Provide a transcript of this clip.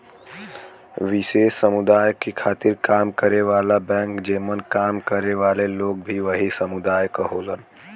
विशेष समुदाय के खातिर काम करे वाला बैंक जेमन काम करे वाले लोग भी वही समुदाय क होलन